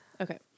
Okay